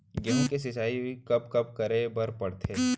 गेहूँ के सिंचाई कब कब करे बर पड़थे?